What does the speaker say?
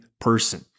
person